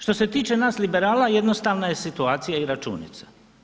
Što se tiče nas liberala, jednostavna je situacija i računica.